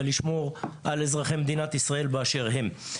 ולשמור על אזרחי מדינת ישראל באשר הם.